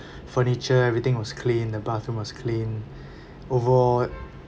furniture everything was clean the bathroom was clean overall